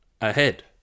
ahead